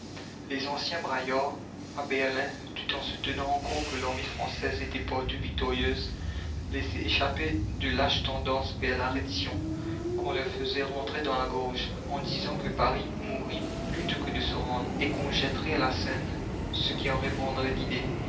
les anciens braillards à berlin tout en soutenant encore que l'armée française était partout victorieuse laissaient échapper de lâches tendances vers la reddition qu'on leur faisait rentrer dans la gorge en disant que paris mourrit plutôt que de se rendre et qu'on jetterait à la seine ceux qui en répandraient l'idée